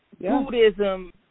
Buddhism